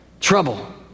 Trouble